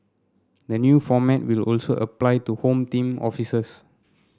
the new format will also apply to Home Team officers